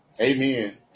Amen